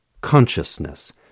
consciousness